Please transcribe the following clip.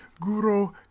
Guru